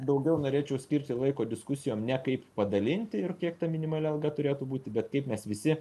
daugiau norėčiau skirti laiko diskusijom ne kaip padalinti ir kiek ta minimali alga turėtų būti bet kaip mes visi